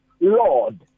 lord